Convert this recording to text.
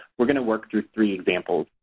we're going to work through three examples.